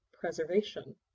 preservation